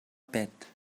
pet